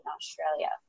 Australia